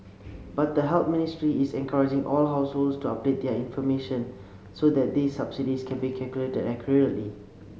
but the Health Ministry is encouraging all households to update their information so that these subsidies can be calculated accurately